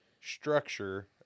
structure